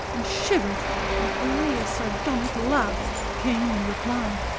and shivered when only a sardonic laugh came in reply.